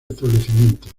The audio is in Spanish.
establecimientos